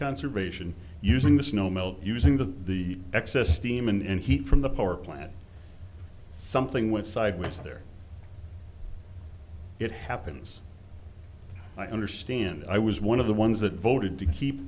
conservation using the snow melt using the the excess steam and heat from the power plant something went sideways there it happens i understand i was one of the ones that voted to keep